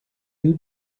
you